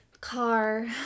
car